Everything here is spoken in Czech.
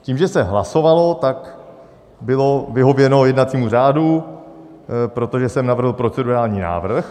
Tím, že se hlasovalo, bylo vyhověno jednacímu řádu, protože jsem navrhl procedurální návrh.